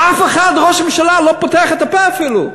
ואף אחד, ראש הממשלה לא פותח את הפה אפילו,